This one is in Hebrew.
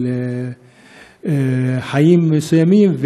של חיים מסוימים,